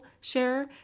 share